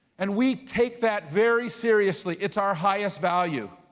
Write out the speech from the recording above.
and we take that very seriously, it's our highest value.